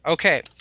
Okay